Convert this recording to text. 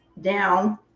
down